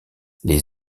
les